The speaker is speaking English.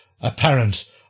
apparent